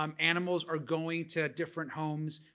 um animals are going to different homes,